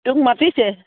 তোক মাতিছে